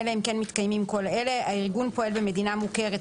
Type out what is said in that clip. אלא אם כן מתקיימים כל אלה: (1) הארגון פועל במדינה מוכרת,